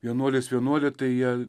vienuolis vienuolė tai jie